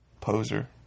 Poser